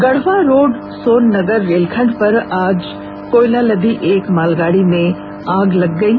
Garhwa road Sonnagar रेलखंड पर आज कोयला लदी एक मालगाड़ी में आग लग गयी